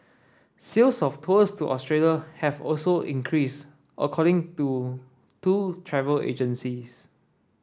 sales of tours to Australia have also increased according to two travel agencies